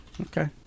Okay